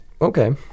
okay